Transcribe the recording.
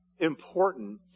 important